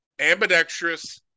ambidextrous